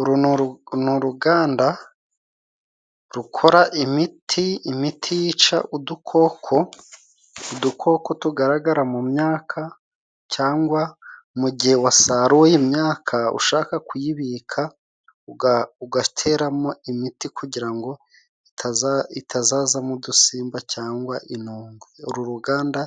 Uru nu uruganda rukora imiti, imiti yica udukoko, udukoko tugaragara mu myaka cyangwa mu gihe wasaruye imyaka ushaka kuyibika, ugateramo imiti kugira ngo itazazamo udusimba cyangwa inogwe. uru ruganda